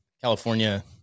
California